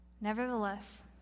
Nevertheless